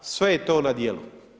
Sve je to na djelu.